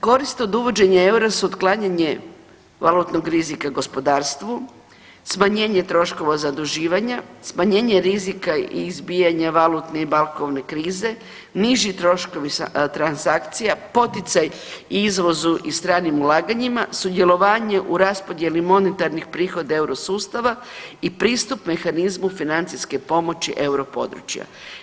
Korist od uvođenja eura su otklanjanje valutnog rizika gospodarstvu, smanjenje troškova zaduživanja, smanjenje rizika i izbijanja valutne i bankovne krize, niži troškovi transakcija, poticaj izvozu i stranim ulaganjima, sudjelovanje u raspodjeli monetarnih prihoda eurosustava i pristup mehanizmu financijske pomoći europodručja.